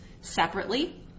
separately